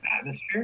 atmosphere